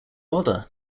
bother